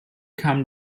kam